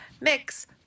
Mix